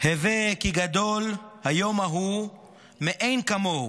"הוי כי גדול היום ההוא מאין כמֹהו